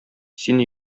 син